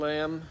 Lamb